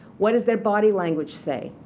what does their body language say?